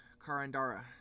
Karandara